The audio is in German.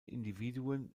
individuen